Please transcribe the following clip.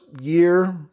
year